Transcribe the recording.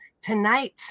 tonight